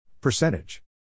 Percentage